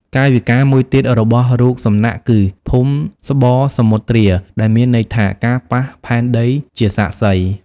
កាយវិការមួយទៀតរបស់រូបសំណាកគឺ ភូមិស្បសមុទ្រា ដែលមានន័យថា ការប៉ះផែនដីជាសាក្សី។